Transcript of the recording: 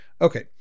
Okay